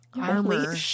Armor